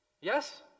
Yes